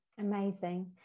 Amazing